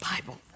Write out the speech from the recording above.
Bible